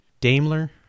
Daimler